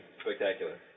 Spectacular